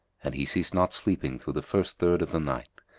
and he ceased not sleeping through the first third of the night,